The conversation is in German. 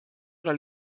oder